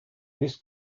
this